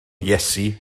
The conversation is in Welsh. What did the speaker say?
iesu